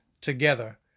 together